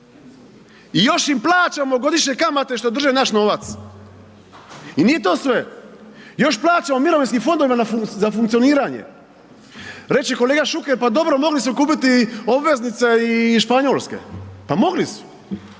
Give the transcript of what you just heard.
i još im plaćamo godišnje kamate što drže naš novac. I nije to sve, još plaćamo mirovinskim fondovima za funkcioniranje. Reći će kolega Šuker pa dobro mogli su kupiti obveznice i Španjolske, pa mogli su,